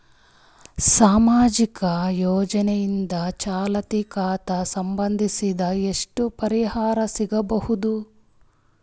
ಸಾಮಾಜಿಕ ಯೋಜನೆಯಿಂದ ಚಾಲತಿ ಖಾತಾ ಸಂಬಂಧಿಸಿದಂತೆ ಎಷ್ಟು ಪರಿಹಾರ ಸಿಗಬಹುದು?